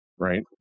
Right